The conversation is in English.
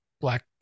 black